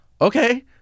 okay